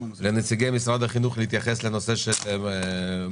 לנציגי משרד החינוך להתייחס לנושא של מוכשר,